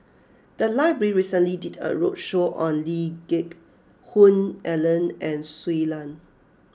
the library recently did a roadshow on Lee Geck Hoon Ellen and Shui Lan